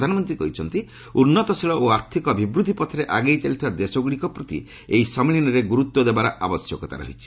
ପ୍ରଧାନମନ୍ତ୍ରୀ କହିଛନ୍ତି ଉନ୍ନତଶୀଳ ଓ ଆର୍ଥିକ ଅଭିବୃଦ୍ଧି ପଥରେ ଆଗେଇ ଚାଲିଥିବା ଦେଶଗ୍ରଡ଼ିକ ପ୍ରତି ଏହି ସମ୍ମିଳନୀରେ ଗୁରୁତ୍ୱ ଦେବାର ଆବଶ୍ୟକତା ରହିଛି